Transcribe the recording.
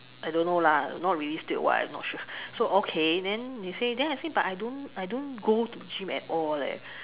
I don't know lah not realistic or [what] I'm not sure so okay then they say then I say but I don't I don't go to gym at all